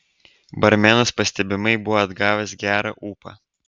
barmenas pastebimai buvo atgavęs gerą ūpą